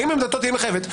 האם עמדתו מחייבת.